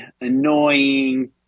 annoying